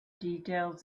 details